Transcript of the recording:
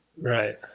Right